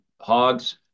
Hogs